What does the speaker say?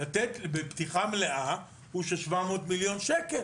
בפתיחה מלאה הוא 700 מיליון שקל,